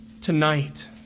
tonight